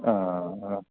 ആ ആ ആ